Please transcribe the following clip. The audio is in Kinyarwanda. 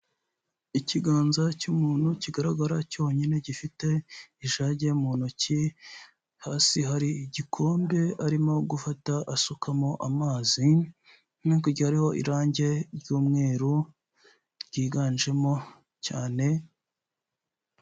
Ikiganza cy'umuntu kigaragara cyonyine gifite ijage mu ntoki, hasi hari igikombe arimo gufata asukamo amazi nubwo hariho irangi ry'umweru ryiganjemo cyane.